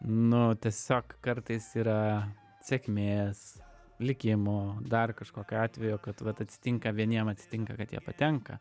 nu tiesiog kartais yra sėkmės likimo dar kažkokio atvejo kad vat atsitinka vieniem atsitinka kad jie patenka